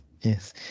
Yes